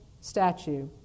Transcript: statue